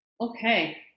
Okay